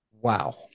Wow